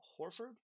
Horford